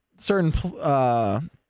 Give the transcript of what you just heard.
certain